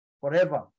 forever